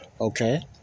Okay